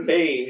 Hey